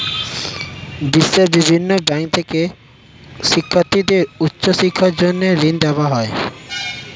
বিশ্বের বিভিন্ন ব্যাংক থেকে শিক্ষার্থীদের উচ্চ শিক্ষার জন্য ঋণ দেওয়া হয়